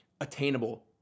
attainable